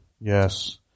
Yes